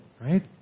right